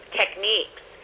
techniques